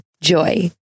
Joy